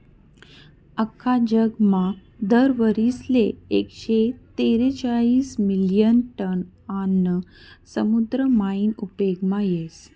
आख्खा जगमा दर वरीसले एकशे तेरेचायीस मिलियन टन आन्न समुद्र मायीन उपेगमा येस